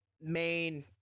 main